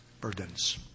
burdens